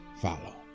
Follow